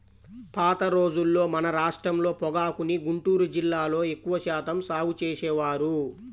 పాత రోజుల్లో మన రాష్ట్రంలో పొగాకుని గుంటూరు జిల్లాలో ఎక్కువ శాతం సాగు చేసేవారు